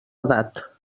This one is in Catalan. edat